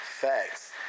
facts